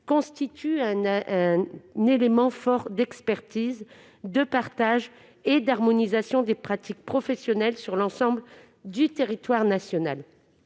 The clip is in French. constitue un élément fort d'expertise, de partage et d'harmonisation des pratiques professionnelles sur l'ensemble du territoire national.